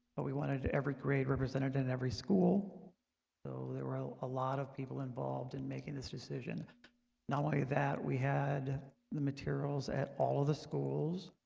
but we wanted to every grade represented in and every school though there were a lot of people involved in making this decision not only that we had the materials at all of the schools.